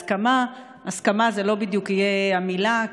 הסכמה לא תהיה בדיוק המילה,